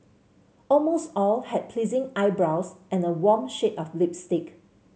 almost all had pleasing eyebrows and a warm shade of lipstick